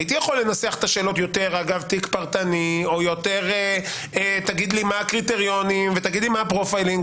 לנסח אותן יותר תיק פרטני ותגיד לי מה הקריטריונים ומה הפרופיילינג.